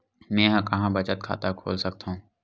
मेंहा कहां बचत खाता खोल सकथव?